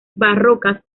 barrocas